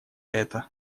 это